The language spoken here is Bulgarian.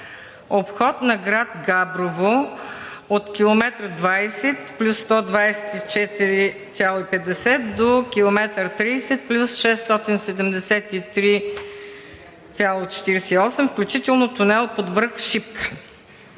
„Обход на град Габрово от км 20+124,50 до км 30+673,48, включително тунел под връх Шипка.